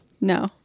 No